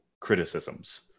criticisms